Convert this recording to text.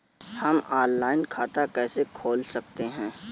हम ऑनलाइन खाता कैसे खोल सकते हैं?